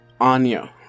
Anya